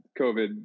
COVID